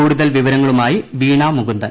കൂടുതൽ വിവരങ്ങളുമായി വീണ മുകുന്ദൻ